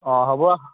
অঁ হ'ব